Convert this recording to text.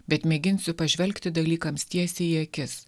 bet mėginsiu pažvelgti dalykams tiesiai į akis